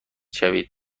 شوید